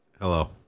Hello